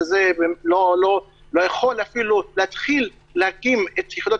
שזה לא יכול אפילו להתחיל להקים את יחידות